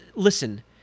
Listen